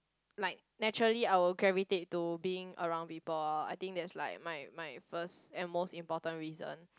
like naturally I will gravitate to being around people I think that's like my my first and most important reason